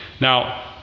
Now